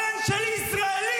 הבן שלי ישראלי.